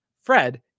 Fred